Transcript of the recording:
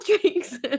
drinks